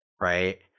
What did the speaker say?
right